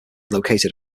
located